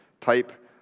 type